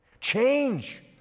Change